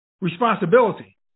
responsibility